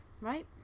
right